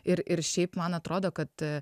ir ir šiaip man atrodo kad